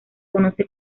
conoce